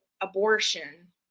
abortion